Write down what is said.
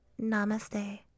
Namaste